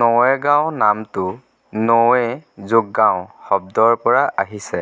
নৱেগাঁও নামটো নাৱে যোগ গাঁও শব্দৰ পৰা আহিছে